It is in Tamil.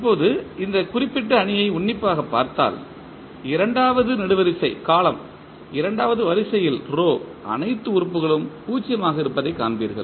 இப்போது இந்த குறிப்பிட்ட அணியை உன்னிப்பாகப் பார்த்தால் இரண்டாவது நெடுவரிசை இரண்டாவது வரிசையில் அனைத்து உறுப்புகளும் 0 ஆக இருப்பதைக் காண்பீர்கள்